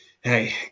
hey